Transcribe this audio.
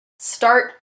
start